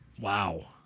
Wow